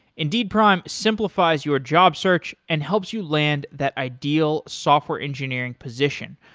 indeed prime simplifies your job search and helps you land that ideal software engineering position,